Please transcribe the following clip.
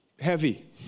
heavy